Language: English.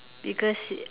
because